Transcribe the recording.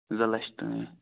زٕ لچھ تانۍ